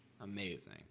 amazing